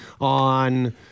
on